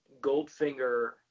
Goldfinger